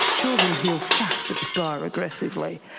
ah children heal fast but scar aggressively.